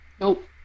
Nope